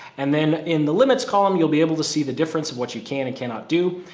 and then in the limits column, you'll be able to see the difference of what you can and cannot do.